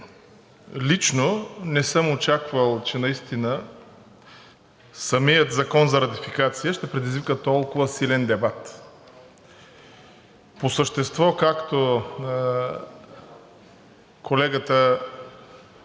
лично не съм очаквал, че наистина самият Закон за ратификация ще предизвика толкова силен дебат. По същество, както колегата